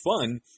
fun